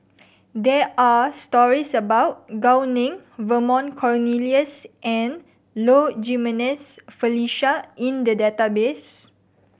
there are stories about Gao Ning Vernon Cornelius and Low Jimenez Felicia in the database